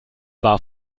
war